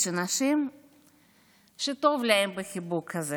יש אנשים שטוב להם בחיבוק הזה.